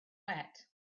wet